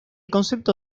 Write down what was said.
concepto